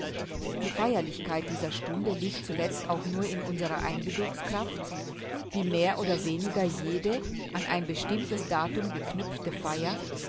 die feierlichkeit dieser stunde liegt zuletzt auch nur in unserer einbildungskraft wie mehr oder weniger jede an ein bestimmtes datum geknüpfte feier